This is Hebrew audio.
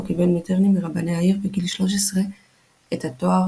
קיבל מיטרני מרבני העיר בגיל 13 את התואר